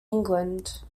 england